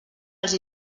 els